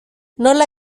nola